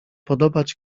podobać